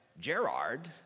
gerard